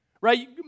right